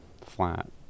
flat